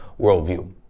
worldview